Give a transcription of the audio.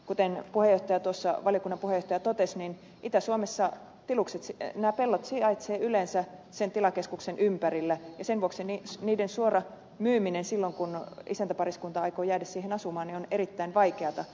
kuten valiokunnan puheenjohtaja totesi niin itä suomessa nämä pellot sijaitsevat yleensä sen tilakeskuksen ympärillä ja sen vuoksi niiden suora myyminen silloin kun isäntäpariskunta aikoo jäädä siihen asumaan on erittäin vaikeata